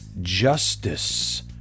justice